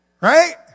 right